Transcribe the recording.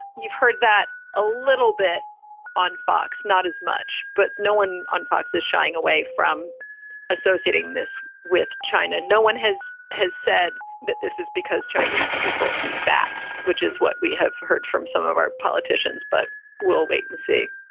you've heard that a little bit on fox. fox. not as much, but no one on fox is shying away from associating this with china. no one has has said that this is because chinese people eat bats, which is what we have heard from some of our politicians. but we'll wait and see